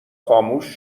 خاموش